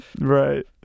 Right